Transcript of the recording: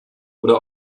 oder